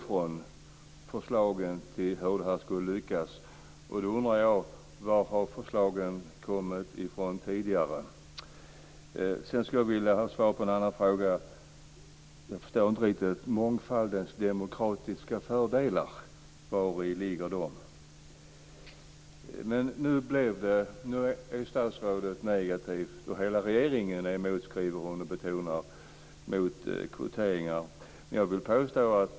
Förslagen till hur det skulle lyckas skulle komma underifrån. Var har förslagen kommit ifrån tidigare? Sedan skulle jag vilja ha svar på en annan fråga. Jag förstår inte riktigt vad som menas med "mångfaldens demokratiska fördelar". Vari ligger de? Nu är statsrådet och hela regeringen mot kvoteringar. Det betonar statsrådet i svaret.